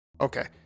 Okay